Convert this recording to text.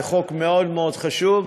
זה חוק מאוד מאוד חשוב,